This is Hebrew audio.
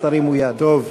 אז תרימו יד.